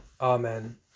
Amen